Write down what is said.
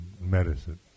medicine